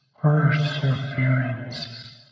perseverance